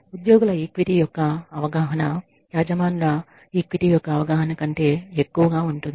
ఉద్యోగుల ఈక్విటీ యొక్క అవగాహన యజమానుల ఈక్విటీ యొక్క అవగాహన కంటే ఎక్కువ గా ఉంటుంది